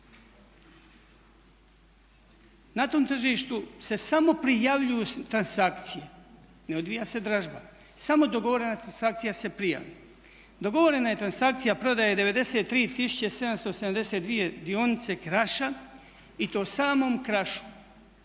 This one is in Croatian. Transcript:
Na tom tržištu se samo prijavljuju transakcije, ne odvija se dražba, samo dogovorena transakcija se prijavi. Dogovorena je transakcija prodaje 93 tisuće 772 dionice Kraša i to samom Krašu